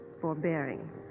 forbearing